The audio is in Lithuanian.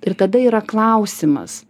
ir tada yra klausimas